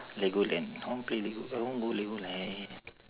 legoland I want play lego~ I want go legoland